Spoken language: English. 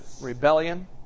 rebellion